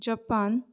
Japan